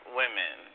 women